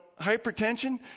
hypertension